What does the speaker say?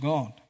God